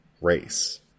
race